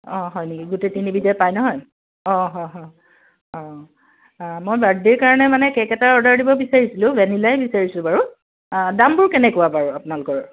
অ' হয় নেকি গোটেই তিনিবিধে পায় নহয় অ' হ হ অ' মই বাৰ্দডে'ৰ কাৰণে মানে কে'ক এটা অৰ্ডাৰ দিব বিচাৰিছিলোঁ ভেনিলাই বিচাৰিছোঁ বাৰু দামবোৰ কেনেকুৱা বাৰু আপোনালোকৰ